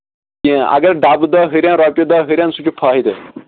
کینٛہہ اَگر ڈَبہٕ دَہ ہُرٮ۪ن رۄپیہِ دَہ ہُرٮ۪ن سُہ چھُ فٲیدٕ